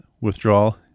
withdrawal